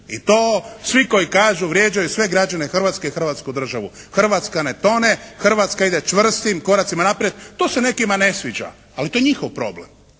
i to svi koji kažu vrijeđaju sve građane Hrvatske i Hrvatsku Državu. Hrvatska ne tone, Hrvatska ide čvrstim koracima naprijed. To se nekima ne sviđa ali to je njihov problem.